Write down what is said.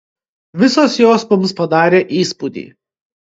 visos jos mums padarė įspūdį